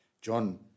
John